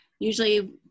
Usually